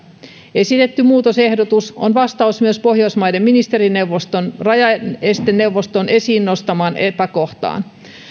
esitetty muutosehdotus on vastaus myös pohjoismaiden ministerineuvoston rajaesteneuvoston esiin nostamaan epäkohtaan